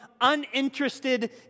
uninterested